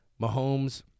Mahomes